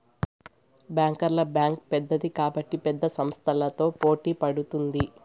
బ్యాంకర్ల బ్యాంక్ పెద్దది కాబట్టి పెద్ద సంస్థలతో పోటీ పడుతుంది